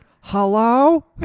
hello